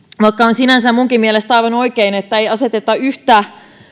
vaikka sinänsä minunkin mielestäni on aivan oikein että ei aseteta yhtä